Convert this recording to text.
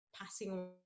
passing